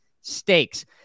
Stakes